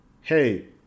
Hey